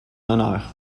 honneur